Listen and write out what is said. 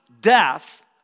death